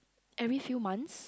every few months